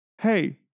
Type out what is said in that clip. hey